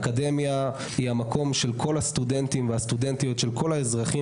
אקדמיה היא המקום של כל הסטודנטים והסטודנטיות של כל האזרחים